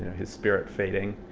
his spirit fading.